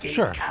sure